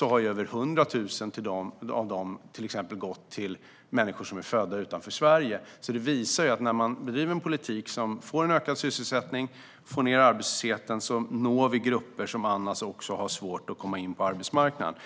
har över 100 000 gått till människor som är födda utanför Sverige. Detta visar att när man bedriver en politik som leder till en ökad sysselsättning så att arbetslösheten går ned når vi grupper som annars har svårt att komma in på arbetsmarknaden.